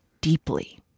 deeply